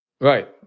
Right